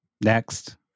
Next